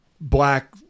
black